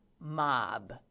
mob